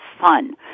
fun